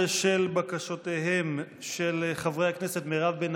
בשל בקשותיהם של חברי הכנסת מירב בן